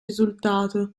risultato